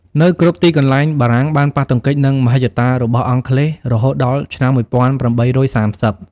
នៅគ្រប់ទីកន្លែងបារាំងបានប៉ះទង្គិចនឹងមហិច្ឆតារបស់អង់គ្លេសរហូតដល់ឆ្នាំ១៨៣០។